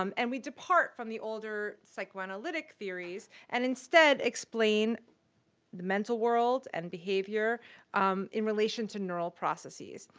um and we depart from the older psychoanalytic theories and instead explain the mental world and behavior in relation to neural processes.